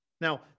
Now